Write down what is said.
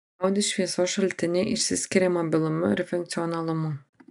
audi šviesos šaltiniai išsiskiria mobilumu ir funkcionalumu